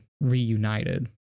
reunited